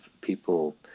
people